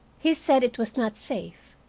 he said it was not safe,